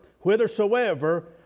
whithersoever